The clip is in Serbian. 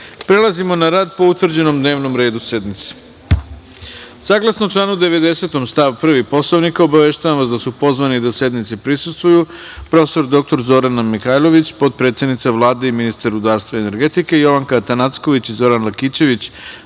sankcija. Prelazimo na rad po utvrđenom dnevnom redu sednice. Saglasno članu 90. stav 1. Poslovnika, obaveštavam vas da su pozvani da sednici prisustvuju, profesor dr Zorana Mihajlović, potpredsednica Vlade i ministar rudarstva i energetike, Jovanka Atanacković i Zoran Lakićević,